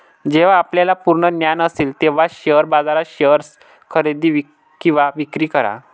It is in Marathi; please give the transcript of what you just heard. जेव्हा आपल्याला पूर्ण ज्ञान असेल तेव्हाच शेअर बाजारात शेअर्स खरेदी किंवा विक्री करा